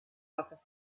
office